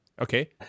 Okay